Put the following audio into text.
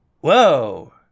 Whoa